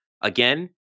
again